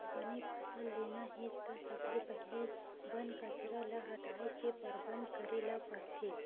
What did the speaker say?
बने फसल लेना हे त सबले पहिली बन कचरा ल हटाए के परबंध करे ल परथे